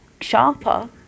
sharper